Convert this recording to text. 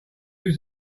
use